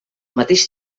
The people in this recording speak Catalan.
mateix